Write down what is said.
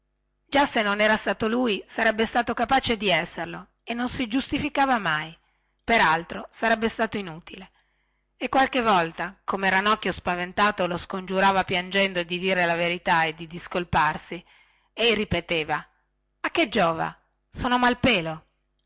già se non era stato lui sarebbe stato capace di esserlo e non si giustificava mai per altro sarebbe stato inutile e qualche volta come ranocchio spaventato lo scongiurava piangendo di dire la verità e di scolparsi ei ripeteva a che giova sono malpelo